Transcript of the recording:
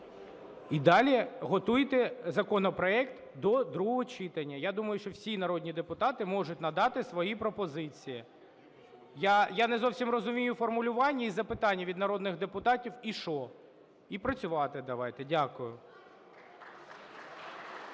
І далі готуйте законопроект до другого читання. Я думаю, що всі народні депутати можуть надати свої пропозиції. Я не зовсім розумію формулювання і запитання від народних депутатів. І що? І працювати давайте. Дякую.